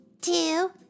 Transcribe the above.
two